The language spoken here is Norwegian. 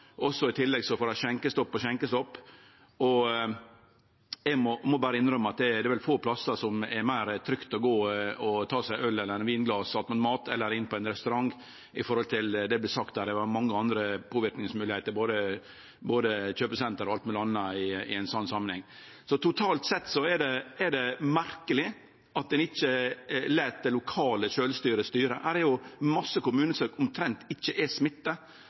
i tillegg får dei skjenkestopp på skjenkestopp. Eg må berre innrømme at det vel er få plassar det er meir trygt å gå og ta seg ein øl eller eit vinglas attmed mat enn inne på ein restaurant, i forhold til det som er av mange andre påverknadsmoglegheiter i ein sånn samanheng, både kjøpesenter og alt mogleg anna, slik det vert sagt her. Totalt sett er det merkeleg at ein ikkje lèt det lokale sjølvstyret styre. Det er jo ein masse kommunar der det omtrent ikkje er smitte.